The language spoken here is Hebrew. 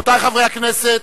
רבותי חברי הכנסת,